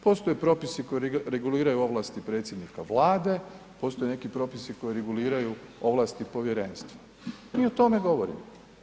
Postoje propisi koji reguliraju ovlasti predsjednika Vlade, postoje neki propisi koji reguliraju ovlasti povjerenstva i mi o tome govorimo.